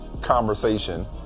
conversation